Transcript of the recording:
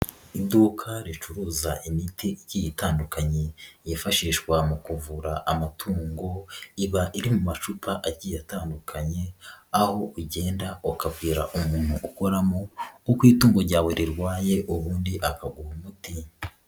Iduka ricuruza imiti igiye itandukanye yifashishwa mu kuvura amatungo iba iri mu macupa agiye atandukanye aho ugenda ukabwira umuntu ukoramo uko itungo ryawe rirwaye ubundi akaguha umuti.